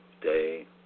day